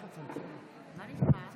בבקשה, אדוני, זמנך בידך.